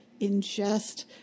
ingest